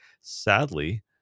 sadly